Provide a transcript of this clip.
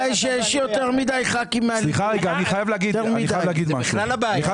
אני חייב לדבר.